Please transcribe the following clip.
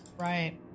Right